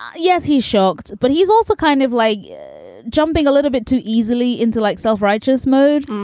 um yes, he's shocked, but he's also kind of like jumping a little bit too easily into like self-righteous mode.